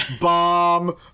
bomb